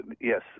yes